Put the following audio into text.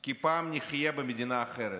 כי פעם נחיה במדינה אחרת,